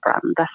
brand